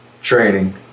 Training